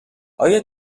آیا